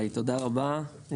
תודה רבה.